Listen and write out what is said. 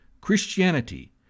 Christianity